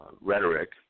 rhetoric